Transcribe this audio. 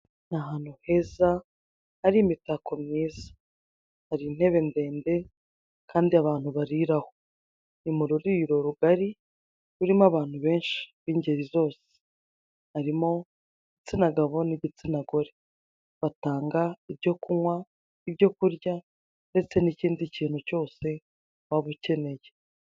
Ni ahantu heza hari imitako myiza, hari intebe ndende kandi abantu bariraho ni mu ruriro rugari rurimo abantu benshi b'ingeri zose, harimo igitsina gabo n'igitsina gore, batanga ibyo kunywa, ibyo kurya ndetse n'ikindi kintu cyose waba ukeneye.